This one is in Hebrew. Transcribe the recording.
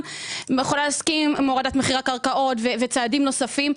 יכולה להסכים עם הורדת מחירי הקרקעות וצעדים נוספים,